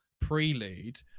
prelude